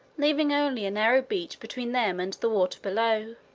leaving only a narrow beach between them and the water below.